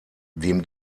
dem